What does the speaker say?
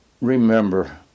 remember